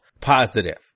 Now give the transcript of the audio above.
positive